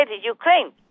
Ukraine